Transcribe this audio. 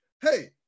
hey